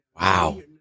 wow